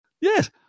Yes